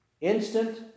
instant